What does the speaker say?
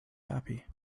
happy